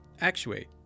actuate